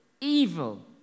evil